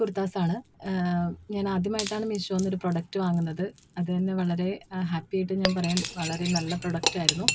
കുർത്താസാണ് ഞാനാദ്യമായിട്ടാണ് മീഷോയിൽ നിന്ന് ഒരു പ്രോഡക്റ്റ് വാങ്ങുന്നത് അതു തന്നെ വളരെ ഹാപ്പിയായിട്ടു ഞാൻ പറയാം വളരെ നല്ല പ്രോഡക്റ്റായിരുന്നു